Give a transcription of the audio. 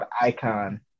Icon